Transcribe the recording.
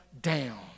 down